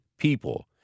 people